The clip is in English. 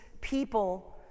people